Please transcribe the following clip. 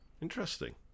Interesting